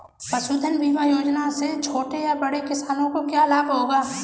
पशुधन बीमा योजना से छोटे या बड़े किसानों को क्या लाभ होगा?